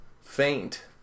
faint